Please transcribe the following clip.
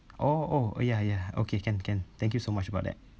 oh oh ya ya okay can can thank you so much about that